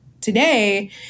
today